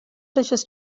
dishes